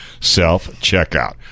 self-checkout